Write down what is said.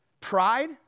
Pride